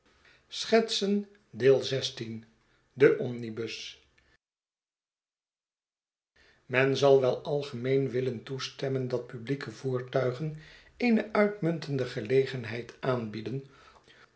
de omnibus men zal wel algemeen willen toestemmen dat publieke voertuigen eene uitmuntende gelegenheid